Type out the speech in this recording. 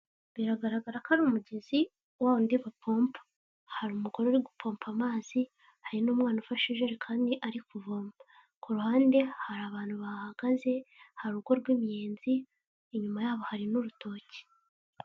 Biragaragara ko ari umugezi wundi bapompa hari umugore uri gupomba amazi hari n'umwana ufashe ijerekani ari kuvoma ku ruhande hari abantu bahagaze hari urugo rw'imiyenzi inyuma yabo hari n'urutoki.